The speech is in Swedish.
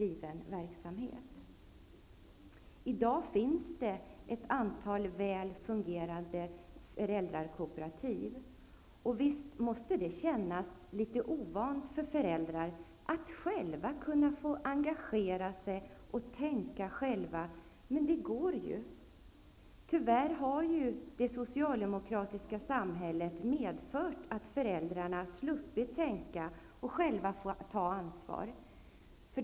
I dag finns det ett antal väl fungerande föräldrakooperativ. Och visst måste det kännas litet ovant för föräldrar att själva kunna få engagera sig, tänka själva och upptäcka att det går. Tyvärr har det socialdemokratiska samhället medfört att föräldrarna sluppit att tänka och sluppit att själva ta ansvar.